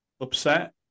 upset